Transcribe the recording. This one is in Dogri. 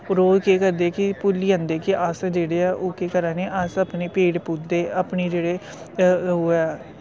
ओह् रोज केह् करदे कि भुल्ली जंदे कि अस जेह्ड़े ऐ ओ केह् करा ने अस अपने पेड़ पौधे अपने जेह्ड़े ओह् ऐ